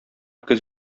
көз